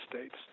states